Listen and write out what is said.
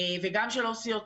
וגם של עובדות סוציאליות,